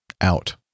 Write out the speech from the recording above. out